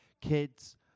kids